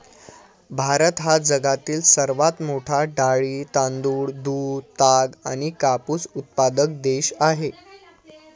भारत हा जगातील सर्वात मोठा डाळी, तांदूळ, दूध, ताग आणि कापूस उत्पादक देश आहे